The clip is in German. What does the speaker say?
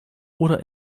oder